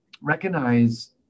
recognize